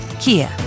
Kia